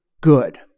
good